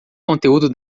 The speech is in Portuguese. conteúdo